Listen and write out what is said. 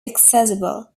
accessible